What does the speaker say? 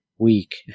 Week